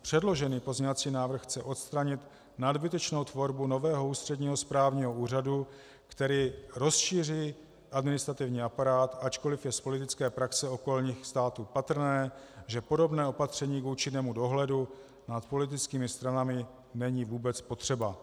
Předložený pozměňovací návrh chce odstranit nadbytečnou tvorbu nového ústředního správního úřadu, který rozšíří administrativní aparát, ačkoliv je z politické praxe okolních států patrné, že podobné opatření k účinnému dohledu nad politickými stranami není vůbec potřeba.